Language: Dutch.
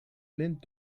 lint